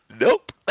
Nope